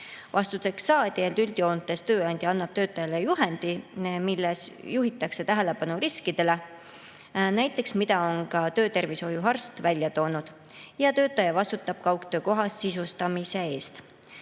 Vastuseks saadi, et üldjoontes annab tööandja töötajale juhendi, milles juhitakse tähelepanu riskidele, näiteks sellele, mida on ka töötervishoiuarst välja toonud, ja töötaja vastutab kaugtöökoha sisustamise